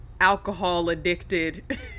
alcohol-addicted